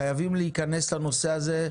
חייבים להיכנס לנושא הזה,